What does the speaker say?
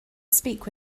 speak